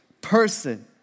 person